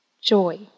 joy